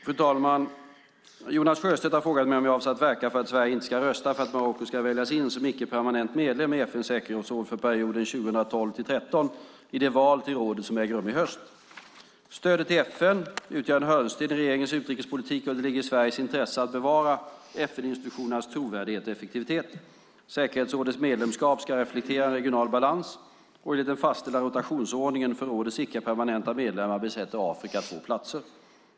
Fru talman! Jonas Sjöstedt har frågat mig om jag avser att verka för att Sverige inte ska rösta för att Marocko ska väljas in som icke-permanent medlem i FN:s säkerhetsråd för perioden 2012-2013 i det val till rådet som äger rum i höst. Stödet till FN utgör en hörnsten i regeringens utrikespolitik och det ligger i Sveriges intresse att bevara FN-institutionernas trovärdighet och effektivitet. Säkerhetsrådets medlemskap ska reflektera en regional balans, och enligt den fastställda rotationsordningen för rådets icke-permanenta medlemmar besätter Afrika två platser.